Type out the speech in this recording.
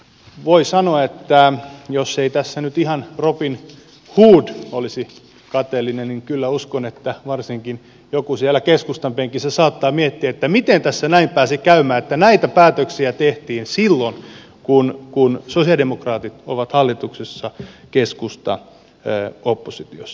voi sanoa että jos ei tässä nyt ihan robin hood olisi kateellinen niin kyllä uskon että varsinkin joku siellä keskustan penkissä saattaa miettiä miten tässä näin pääsi käymään että näitä päätöksiä tehtiin silloin kun sosialidemokraatit ovat hallituksessa keskusta oppositiossa